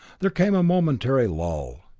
there came a momentary lull.